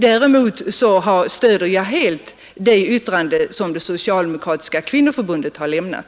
Däremot stöder jag helt det yttrande som Socialdemokratiska kvinnoförbundet har avlämnat.